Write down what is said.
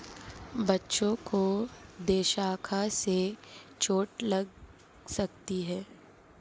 बच्चों को दोशाखा से चोट लग सकती है